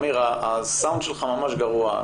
הסאונד שלך ממש גרוע,